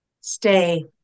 Stay